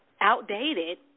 outdated